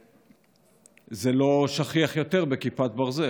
שזה לא שכיח יותר בכיפת ברזל,